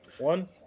One